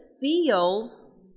feels